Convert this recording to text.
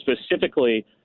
specifically